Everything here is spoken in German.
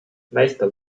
meister